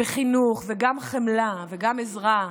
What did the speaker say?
חינוך וגם חמלה ועזרה,